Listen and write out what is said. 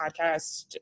podcast